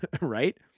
right